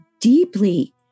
deeply